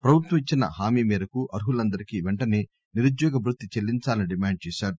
ప్రభుత్వం ఇచ్చిన హామీ మేరకు అర్ఖులందరికీ పెంటనే నిరుద్యోగ భృతి చెల్లించాలని డిమాండ్ చేశారు